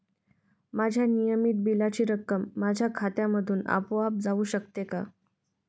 माझ्या नियमित बिलाची रक्कम माझ्या खात्यामधून आपोआप जाऊ शकते का?